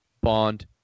Bond